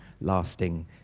lasting